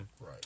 Right